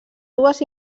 dues